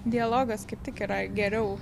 dialogas kaip tik yra geriau